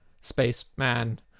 spaceman